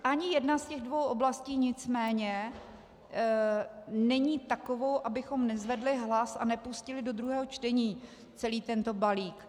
Ani jedna z těch dvou oblastí nicméně není takovou, abychom nezvedli hlas a nepustili do druhého čtení celý tento balík.